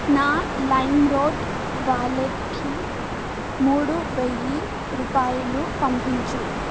నా లైమ్రోడ్ వాలెట్కి మూడు వెయ్యి రూపాయలు పంపించు